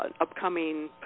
upcoming